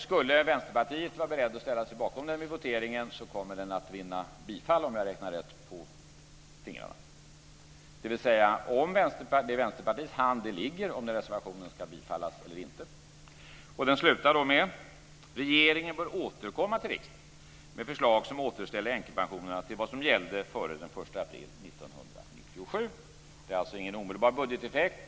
Skulle Vänsterpartiet vara beredd att ställa sig bakom den vid voteringen kommer den att finna bifall, om jag räknat rätt på fingrarna. Det är i Vänsterpartiets hand det ligger om reservationen ska bifallas eller inte. Den slutar med: "Regeringen bör återkomma till riksdagen med förslag som återställer änkepensionerna till vad som gällde före den 1 april 1997". Det blir alltså ingen omedelbar budgeteffekt.